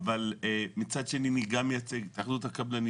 אבל מצד שני אני גם מייצג את התאחדות הקבלנים.